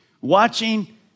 watching